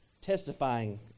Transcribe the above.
testifying